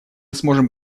сможем